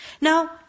Now